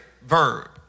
verb